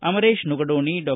ಅಮರೇಶ ನುಗಡೋಣಿ ಡಾ